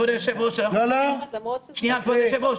שנייה, כבוד היושב-ראש.